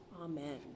amen